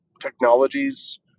technologies